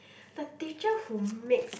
the teacher who makes